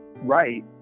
right